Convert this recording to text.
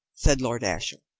said lord ashiel,